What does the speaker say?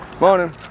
Morning